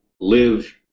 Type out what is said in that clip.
live